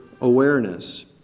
awareness